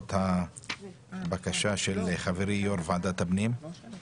בעקבות הבקשה של חברי יו"ר ועדת הפנים.